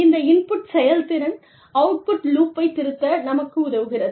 இந்த இன்புட் செயல்திறன் அவுட்புட் லூப்பை திருத்த நமக்கு உதவுகிறது